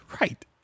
Right